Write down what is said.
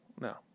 No